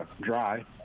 dry